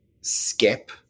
skip